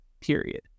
period